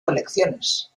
colecciones